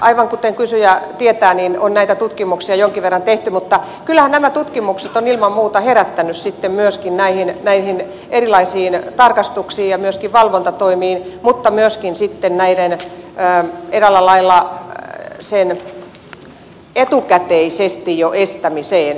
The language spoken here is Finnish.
aivan kuten kysyjä tietää niin on näitä tutkimuksia jonkin verran tehty ja kyllähän nämä tutkimukset ovat ilman muuta herättäneet sitten näihin erilaisiin tarkastuksiin ja myöskin valvontatoimiin mutta myöskin sitten eräällä lailla tämän jo etukäteisesti estämiseen